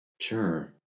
Sure